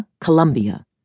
Colombia